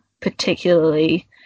particularly